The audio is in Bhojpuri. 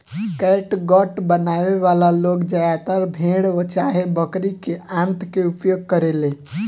कैटगट बनावे वाला लोग ज्यादातर भेड़ चाहे बकरी के आंत के उपयोग करेले